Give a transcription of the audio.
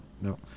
no